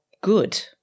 good